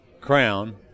Crown